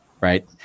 right